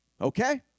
Okay